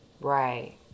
Right